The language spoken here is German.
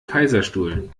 kaiserstuhl